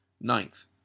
Ninth